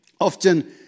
Often